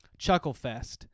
Chucklefest